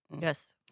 yes